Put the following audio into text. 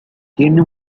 tiene